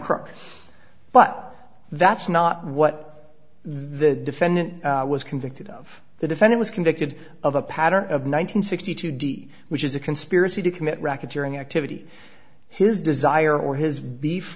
crook but that's not what the defendant was convicted of the defendant was convicted of a pattern of nine hundred sixty two d which is a conspiracy to commit racketeering activity his desire or his beef